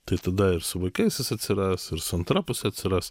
tai tada ir su vaikais jis atsiras ir su antra puse atsiras